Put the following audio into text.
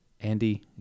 Andy